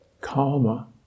karma